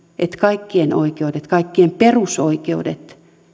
että kaikkien oikeudet kaikkien perusoikeudet